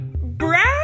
brown